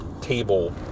table